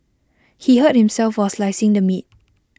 he hurt himself while slicing the meat